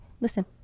listen